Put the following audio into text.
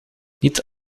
niet